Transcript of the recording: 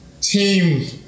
Team